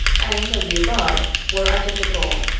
and of the above were identical,